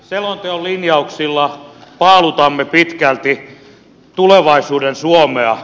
selonteon linjauksilla paalutamme pitkälti tulevaisuuden suomea